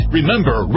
Remember